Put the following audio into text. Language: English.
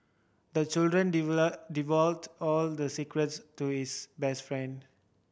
the children all the secrets to his best friend